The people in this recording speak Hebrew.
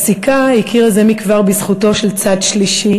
הפסיקה הכירה זה מכבר בזכותו של צד שלישי